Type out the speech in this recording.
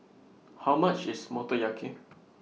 How much IS Motoyaki